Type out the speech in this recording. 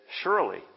surely